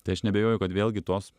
tai aš neabejoju kad vėlgi tos